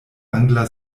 angla